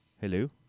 Hello